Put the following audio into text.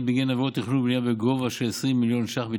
בגין עברות תכנון ובנייה בגובה של 20 מיליון שקלים,